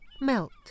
melt